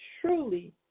truly